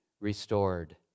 restored